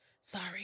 sorry